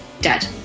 dead